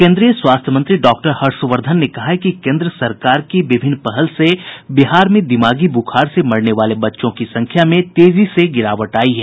केंद्रीय स्वास्थ्य मंत्री डॉक्टर हर्षवर्धन ने कहा है कि केंद्र सरकार की विभिन्न पहल से बिहार में दिमागी बुखार से मरने वाले बच्चों की संख्या में तेजी से गिरावट आयी है